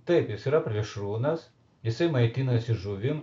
taip jis yra plėšrūnas jisai maitinasi žuvim